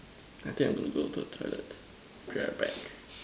I think I'm got to go to the toilet feel my back